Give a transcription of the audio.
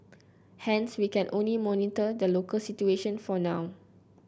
hence we can only monitor the local situation for now